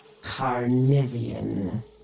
Carnivian